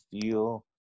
feel